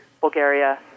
Bulgaria